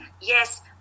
yes